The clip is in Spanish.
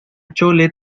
chole